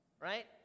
right